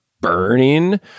burning